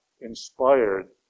inspired